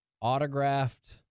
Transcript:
autographed